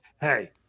hey